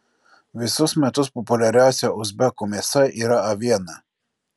visus metus populiariausia uzbekų mėsa yra aviena